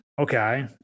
Okay